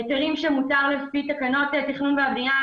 היתרים שמותר לתת לפי תקנות תכנון ובנייה.